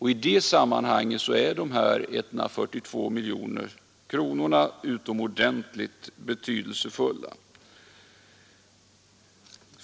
I det sammanhanget är dessa 142 miljoner kronor utomordentligt betydelsefulla.